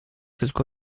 tylko